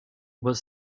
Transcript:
was